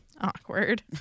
Awkward